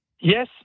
Yes